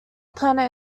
planet